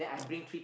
oh yeah